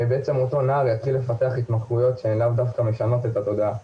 בעצם אותו נער יתחיל לפתח התמכרויות שהן לאו דווקא משנות את התודעה,